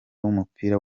w’umupira